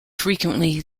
frequently